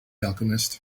alchemist